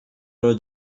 ero